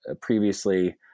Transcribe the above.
Previously